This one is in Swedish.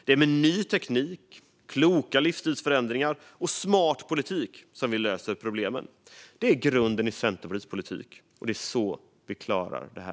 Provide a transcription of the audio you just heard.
Det är med ny teknik, kloka livsstilsförändringar och smart politik som vi löser problemen. Det är grunden i Centerpartiets politik, och det är så vi klarar detta.